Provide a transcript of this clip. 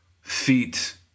Feet